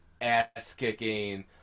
ass-kicking